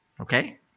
Okay